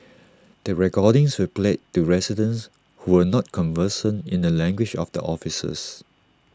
the recordings were played to residents who were not conversant in the language of the officers